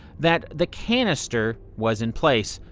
that the canister was in place.